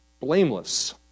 blameless